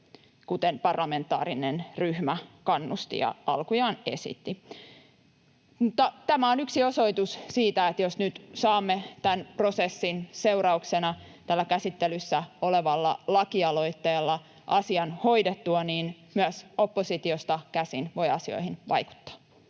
kuten parlamentaarinen ryhmä kannusti ja alkujaan esitti. Mutta tämä on yksi osoitus siitä, että jos nyt saamme tämän prosessin seurauksena tällä käsittelyssä olevalla lakialoitteella asian hoidettua, niin myös oppositiosta käsin voi asioihin vaikuttaa.